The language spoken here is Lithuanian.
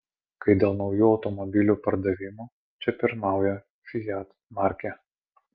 kai dėl naujų automobilių pardavimų čia pirmauja fiat markė